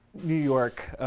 new york